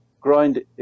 grind